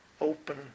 Open